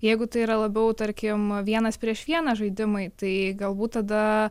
jeigu tai yra labiau tarkim vienas prieš vieną žaidimai tai galbūt tada